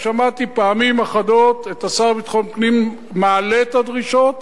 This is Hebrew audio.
שמעתי פעמים אחדות את השר לביטחון פנים מעלה את הדרישות.